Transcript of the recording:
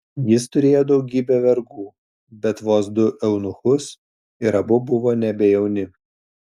jis turėjo daugybę vergų bet vos du eunuchus ir abu buvo nebe jauni